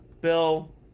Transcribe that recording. Bill